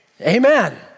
Amen